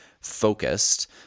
focused